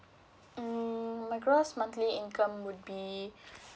mm my gross monthly income would be